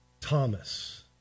Thomas